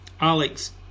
Alex